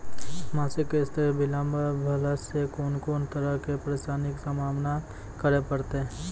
मासिक किस्त बिलम्ब भेलासॅ कून कून तरहक परेशानीक सामना करे परतै?